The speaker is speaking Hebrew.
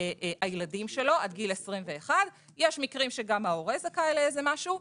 הילדים שלו עד גיל 21. יש מקרים שגם ההורה זכאי לאיזה משהו,